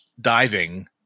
diving